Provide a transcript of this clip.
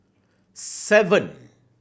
seven